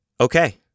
okay